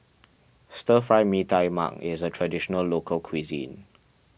Stir Fry Mee Tai Mak is a Traditional Local Cuisine